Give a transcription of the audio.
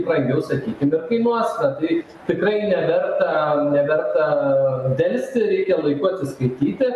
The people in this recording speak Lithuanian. brangiau sakykim ir kainuos tad veikt tikrai neverta neverta delsti reikia laiku atsiskaityti